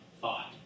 thought